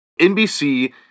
NBC